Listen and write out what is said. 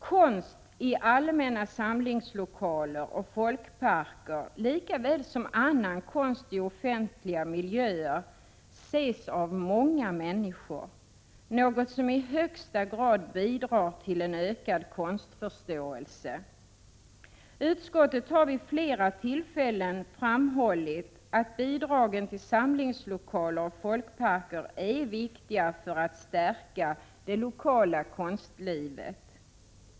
Konst i allmänna samlingslokaler och folkparker likaväl som annan konst i offentliga miljöer ses av många människor, något som i högsta grad bidrar till en ökad konstförståelse. Utskottet har vid flera tillfällen framhållit att bidragen till samlingslokaler och folkparker är viktiga för att stärka det lokala konstlivet.